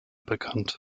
bekannt